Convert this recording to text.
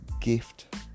gift